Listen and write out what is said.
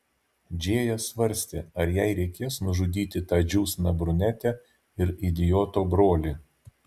džėja svarstė ar jai reikės nužudyti tą džiūsną brunetę ir idioto brolį